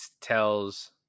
tells